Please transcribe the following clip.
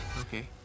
Okay